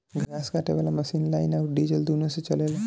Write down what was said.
घास काटे वाला मशीन लाइन अउर डीजल दुनों से चलेला